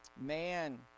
man